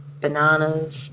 bananas